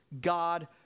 God